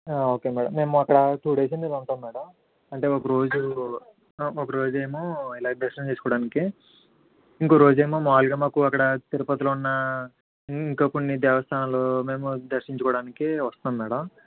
okay madam మేము అక్కడ two days అన్నా ఉంటాం మ్యాడమ్ అంటే ఒకరోజు ఒక రోజేమో ఇలాగ దర్శనం చేసుకోవడానికి ఇంకో రోజేమో మామూలుగా మాకు అక్కడా తిరుపతిలో ఉన్నా ఇంకా కొన్ని దేవ స్థానాలు మేము దర్శించుకోవడానికి వస్తాం మ్యాడమ్